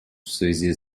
связи